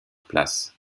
place